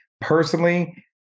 personally